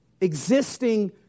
existing